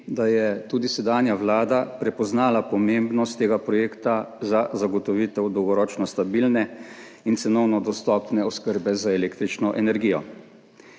da je tudi sedanja vlada prepoznala pomembnost tega projekta za zagotovitev dolgoročno stabilne in cenovno dostopne oskrbe z električno energijo.